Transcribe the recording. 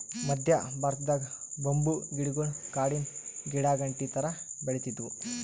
ಮದ್ಯ ಭಾರತದಾಗ್ ಬಂಬೂ ಗಿಡಗೊಳ್ ಕಾಡಿನ್ ಗಿಡಾಗಂಟಿ ಥರಾ ಬೆಳಿತ್ತಿದ್ವು